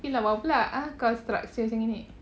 tapi lawa pula kau structure macam gini